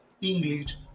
English